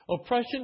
Oppression